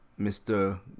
mr